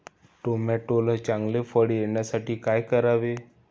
टोमॅटोला चांगले फळ येण्यासाठी काय करावे?